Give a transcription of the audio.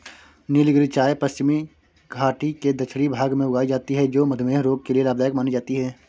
नीलगिरी चाय पश्चिमी घाटी के दक्षिणी भाग में उगाई जाती है जो मधुमेह रोग के लिए लाभदायक मानी जाती है